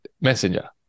Messenger